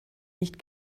nicht